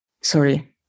Sorry